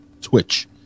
Twitch